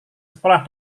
sekolah